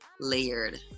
layered